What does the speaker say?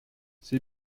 c’est